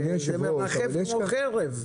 זה מרחף מעליהם כמו חרב.